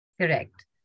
Correct